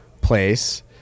place